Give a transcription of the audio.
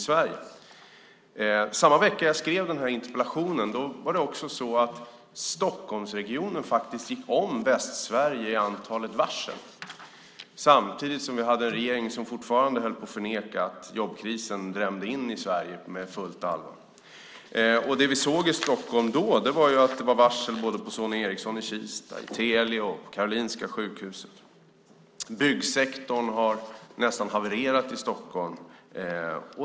Samma vecka som jag skrev interpellationen gick Stockholmsregionen faktiskt om Västsverige i antalet varsel. Samtidigt hade vi en regering som fortfarande förnekade att jobbkrisen drämde in i Sverige på fullt allvar. Det vi såg i Stockholm var att det var varsel både på Sony Ericsson i Kista, Telia och Karolinska sjukhuset. Byggsektorn har nästan havererat i Stockholm.